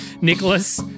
Nicholas